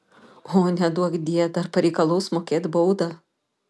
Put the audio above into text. o neduokdie dar pareikalaus mokėt baudą